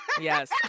Yes